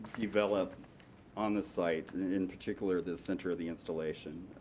develop on the site, in particular the center of the installation.